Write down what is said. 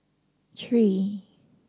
three